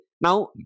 now